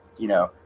you know.